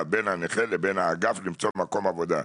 בין הנכה לבין האגף כדי למצוא מקום עבודה.